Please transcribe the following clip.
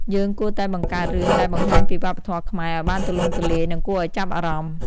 យើងគួរតែបង្កើតរឿងដែលបង្ហាញពីវប្បធម៌ខ្មែរឲ្យបានទូលំទូលាយនិងគួរឲ្យចាប់អារម្មណ៍។